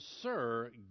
sir